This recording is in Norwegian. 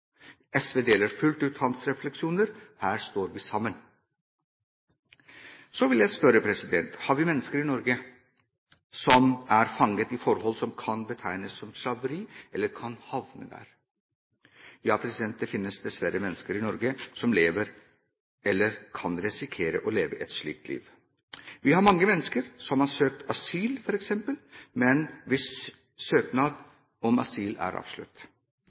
SV deler fullt ut hans refleksjoner. Her står vi sammen. Så vil jeg spørre: Har vi mennesker i Norge som er fanget i forhold som kan betegnes som slaveri, eller som kan havne der? Ja, det finnes dessverre mennesker i Norge som lever eller kan risikere å leve et slikt liv. Vi har f.eks. mange mennesker som har søkt asyl, men hvis søknad om asyl er